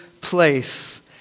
place